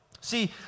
See